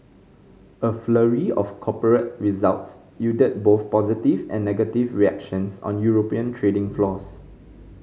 a flurry of corporate results yielded both positive and negative reactions on European trading floors